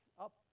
up